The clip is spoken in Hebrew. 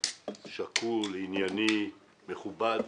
שקול ענייני ומכובד.